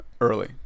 early